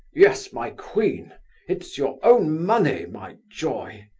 yes, my queen it's your own money, my joy.